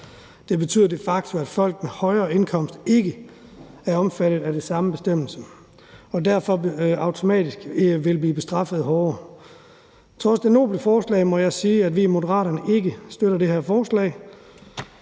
Det betyder de facto, at folk med højere indkomst ikke er omfattet af de samme bestemmelser og derfor automatisk vil blive straffet hårdere. Trods det noble forslag må jeg sige, at vi i Moderaterne ikke støtter det her forslag.